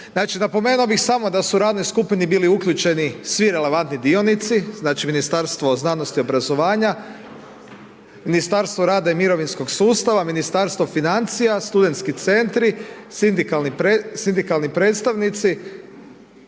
napomenuo bih samo da su radnoj skupini bili uključeni svi relevantni dionici znači Ministarstvo znanosti, obrazovanja, Ministarstvo rada i mirovinskog sustava, Ministarstvo financija, studentski centri, sindikalni predstavnici